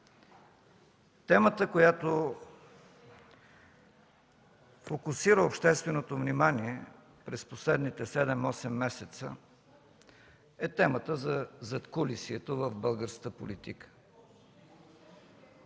Темата, която фокусира общественото внимание през последните седем-осем месеца, е темата за задкулисието в българската политика.